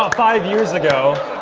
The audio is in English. um five years ago.